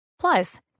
Plus